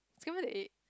scramble the egg